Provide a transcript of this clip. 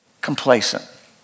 complacent